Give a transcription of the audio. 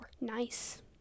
Nice